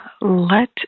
let